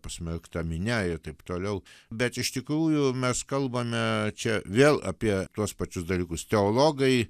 pasmerkta minia ir taip toliau bet iš tikrųjų mes kalbame čia vėl apie tuos pačius dalykus teologai